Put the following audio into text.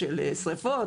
של שריפות,